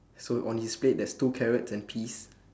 so on his plate there's two carrots and peas